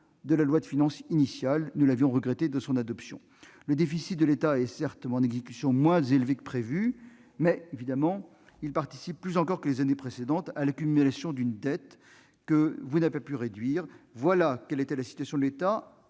de la loi de finances initiale, comme nous l'avions d'ailleurs regretté dès son adoption. Le déficit de l'État est moins élevé que prévu, mais il participe, plus encore que les années précédentes, à l'accumulation d'une dette que vous n'avez pas su réduire. Voilà quelle était la situation de l'État